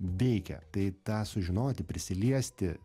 veikia tai tą sužinoti prisiliesti